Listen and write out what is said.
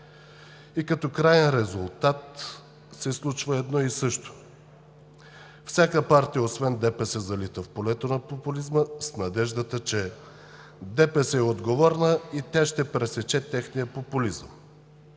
Като краен резултат се случва едно и също – всяка партия, освен ДПС, залита в полето на популизма с надеждата, че ДПС е отговорна и ще пресече техния популизъм.